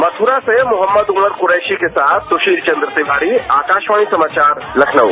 मथुरा से मोहम्मद उमर कुरैशी के साथ सुशीलचंद्र तिवारी आकाशवाणी समाचार लखनऊ